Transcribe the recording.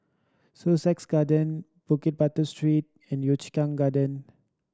Sussex Garden Bukit Batok Street and Yio Chu Kang Garden